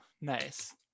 Nice